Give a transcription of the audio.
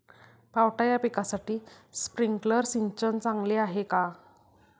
पावटा या पिकासाठी स्प्रिंकलर सिंचन चांगले आहे का?